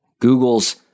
Google's